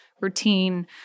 routine